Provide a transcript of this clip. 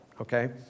okay